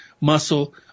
muscle